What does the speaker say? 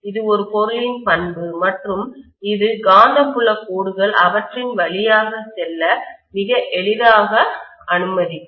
இது ஒரு பொருளின் பண்பு மற்றும் இது காந்தப்புலக் கோடுகள் அவற்றின் வழியாக செல்ல மிக எளிதாக அனுமதிக்கும்